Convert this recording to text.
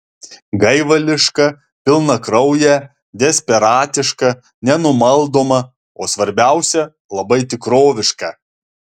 gaivališką pilnakrauję desperatišką nenumaldomą o svarbiausia labai tikrovišką